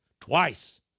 twice